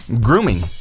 grooming